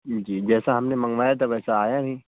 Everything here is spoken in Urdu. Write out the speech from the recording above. جی جیسا ہم نے منگوایا تھا ویسا آیا نہیں